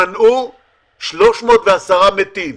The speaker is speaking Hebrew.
מנעו 310 מתים.